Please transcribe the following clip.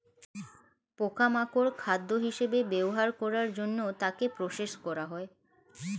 পোকা মাকড় খাদ্য হিসেবে ব্যবহার করার জন্য তাকে প্রসেস করা হয়